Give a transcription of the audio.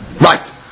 Right